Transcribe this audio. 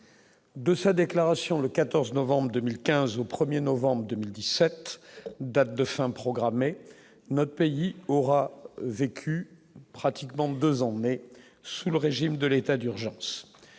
de sa déclaration le 14 novembre 2015 au 1er novembre 2017, date de fin programmée, notre pays aura vécu pratiquement 2 ans, mais sous le régime de l'état d'urgence